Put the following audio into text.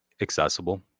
accessible